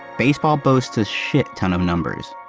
baseball boasts a shit ton of numbers.